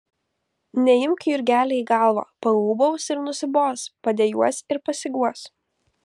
neimk jurgeli į galvą paūbaus ir nusibos padejuos ir pasiguos